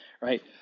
right